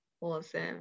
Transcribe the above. Awesome